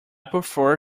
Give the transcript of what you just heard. prefer